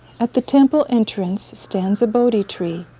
at the temple entrance stands a bodhi tree,